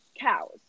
cows